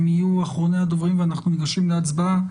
הם יהיו אחרוני הדוברים ואנחנו ניגשים להצבעה.